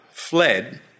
fled